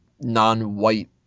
non-white